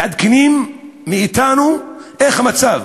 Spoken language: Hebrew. מתעדכנים מאתנו איך המצב,